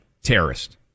Terrorist